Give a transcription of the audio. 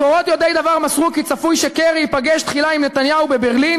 מקורות יודעי דבר מסרו כי צפוי שקרי ייפגש תחילה עם נתניהו בברלין,